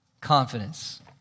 Confidence